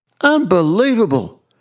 Unbelievable